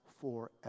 forever